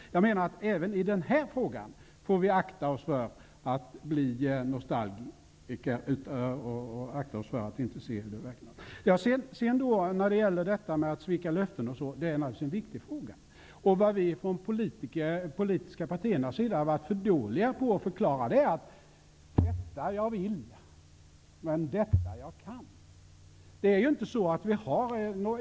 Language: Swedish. Jag menar att vi även i den här frågan får akta oss för att bli nostalgiska och för att inte se hur det verkligen har varit. Frågan om att svika löften är naturligtvis viktig. Vad vi från de politiska partiernas sida har varit för dåliga på att förklara är: Detta jag vill, men detta jag kan.